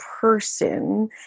person